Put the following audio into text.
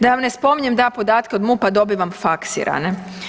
Da vam se spominjem da ja podatke od MUP-a dobivam faksirane.